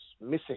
missing